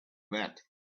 that